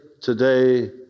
today